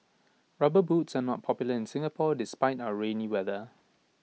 rubber boots are not popular in Singapore despite our rainy weather